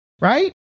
right